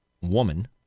woman